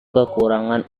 kekurangan